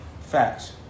facts